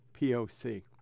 POC